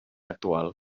actual